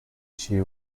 she